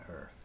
earth